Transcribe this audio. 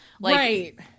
Right